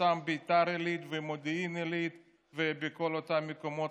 בביתר עילית ובמודיעין עילית ובכל אותם מקומות,